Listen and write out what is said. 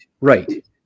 right